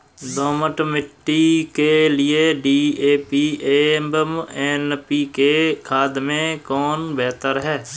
दोमट मिट्टी के लिए डी.ए.पी एवं एन.पी.के खाद में कौन बेहतर है?